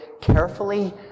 carefully